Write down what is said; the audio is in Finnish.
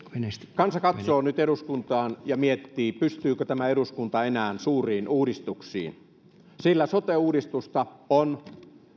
kansa katsoo nyt eduskuntaan ja miettii pystyykö tämä eduskunta enää suuriin uudistuksiin sillä sote uudistusta on